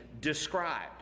described